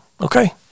okay